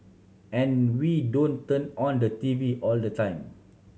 and we don't turn on the T V all the time